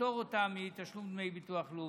לפטור אותם מתשלום דמי ביטוח לאומי.